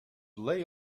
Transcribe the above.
lay